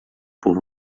por